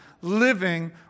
living